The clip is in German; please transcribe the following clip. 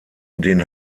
den